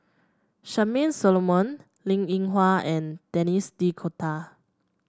Charmaine Solomon Linn In Hua and Denis D'Cotta